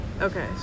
Okay